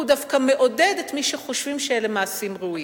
כי הוא דווקא מעודד את מי שחושבים שאלה מעשים ראויים.